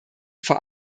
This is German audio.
vor